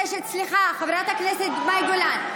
אני מבקשת, סליחה, חברת הכנסת מאי גולן.